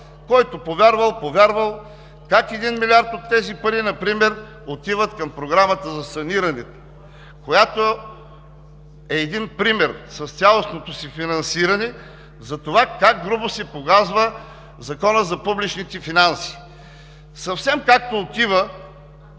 който повярвал – повярвал, как 1 милиард от тези пари например отивали към програмата за саниране, която е пример с цялостното си финансиране за това как грубо се погазва Законът за публичните финанси. Съвсем както отива